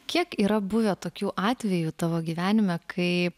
kiek yra buvę tokių atvejų tavo gyvenime kai